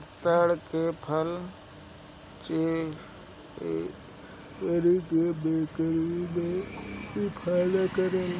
ताड़ के फल हिचकी के बेमारी में भी फायदा करेला